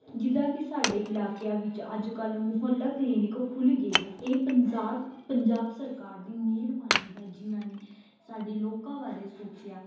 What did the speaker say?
ਜਿੱਦਾਂ ਕਿ ਸਾਡੇ ਇਲਾਕਿਆਂ ਵਿੱਚ ਅੱਜ ਕੱਲ੍ਹ ਮੁਹੱਲਾ ਕਲੀਨਿਕ ਖੁੱਲ੍ਹ ਗਏ ਹੈ ਇਹ ਪੰਜਾਬ ਪੰਜਾਬ ਸਰਕਾਰ ਦੀ ਮਿਹਰਬਾਨੀ ਹੈ ਜਿਨ੍ਹਾਂ ਨੇ ਸਾਡੇ ਲੋਕਾਂ ਬਾਰੇ ਸੋਚਿਆ